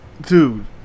Dude